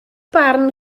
barn